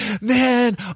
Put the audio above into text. man